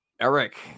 Eric